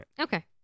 Okay